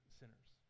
sinners